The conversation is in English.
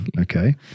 okay